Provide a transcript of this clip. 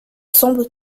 semblent